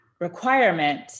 requirement